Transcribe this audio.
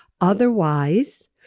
Otherwise